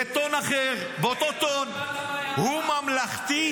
-- בטון אחר או באותו טון -- לא שמעת,